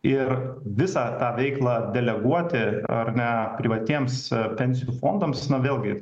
ir visą tą veiklą deleguoti ar ne privatiems pensijų fondams na vėlgi